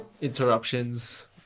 interruptions